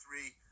three